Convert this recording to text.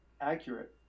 accurate